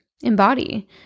embody